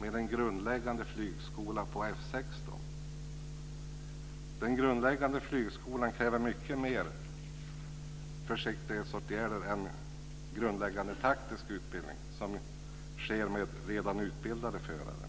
med en grundläggande flygskola på F 16. Den grundläggande flygskolan kräver mycket mer försiktighetsåtgärder än grundläggande taktisk utbildning, som sker med redan utbildade förare.